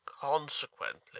consequently